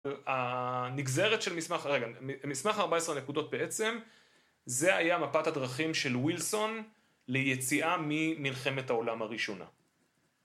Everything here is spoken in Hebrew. הנגזרת של מסמך... רגע, מסמך 14 נקודות בעצם זה היה מפת הדרכים של ווילסון ליציאה ממלחמת העולם הראשונה.